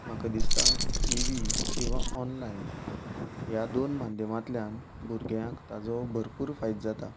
म्हाका दिसता टिवी किंवां ऑनलायन ह्या दोन माध्यमांतल्यान भुरग्यांक ताजो भरपूर फायदो जाता